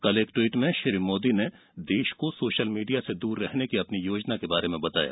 कल एक ट्वीट में श्री मोदी ने देश को सोशल मीडिया से दूर रहने की अपनी योजना के बारे में बताया